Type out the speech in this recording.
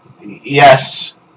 Yes